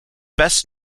best